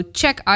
check